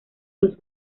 los